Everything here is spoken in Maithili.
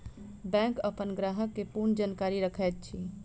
बैंक अपन ग्राहक के पूर्ण जानकारी रखैत अछि